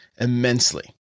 immensely